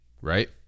right